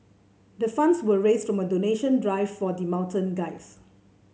the funds were raised from a donation drive for the mountain guides